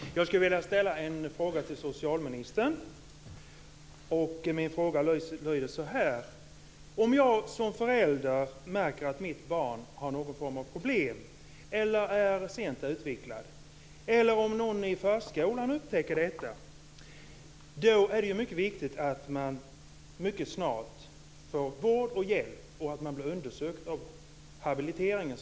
Fru talman! Jag skulle vilja ställa en fråga till socialministern. Om jag som förälder märker att mitt barn har någon form av problem eller är sent utvecklat eller om någon i förskolan upptäcker detta är det mycket viktigt att mitt barn mycket snart får vård och hjälp och blir undersökt av barnhabiliteringen.